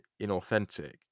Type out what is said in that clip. inauthentic